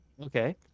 Okay